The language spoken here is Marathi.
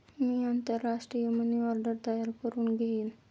मी आंतरराष्ट्रीय मनी ऑर्डर तयार करुन घेईन